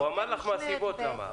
הוא אמר לך מה הסיבות לזה.